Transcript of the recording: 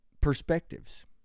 perspectives